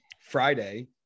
friday